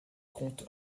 compte